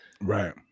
right